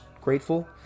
grateful